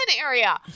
area